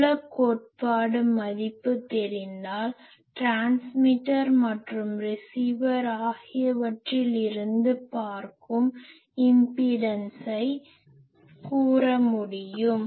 புல கோட்பாட்டு மதிப்பு தெரிந்தால் ட்ரான்ஸ்மிட்டர் மற்றும் ரிசீவர் ஆகியவற்றில் இருந்து பார்க்கும் இம்பிடன்ஸை கூற முடியும்